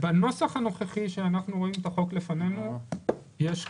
בנוסח הנוכחי של הצעת החוק שלפנינו יש קושי,